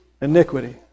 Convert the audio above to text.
iniquity